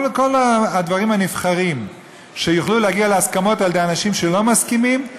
כל הדברים הנבחרים שיוכלו להגיע להסכמות על ידי אנשים שלא מסכימים,